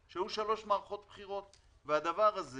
שלום לכולם, ראשית, תודה על הכבוד, על ההזמנה.